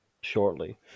shortly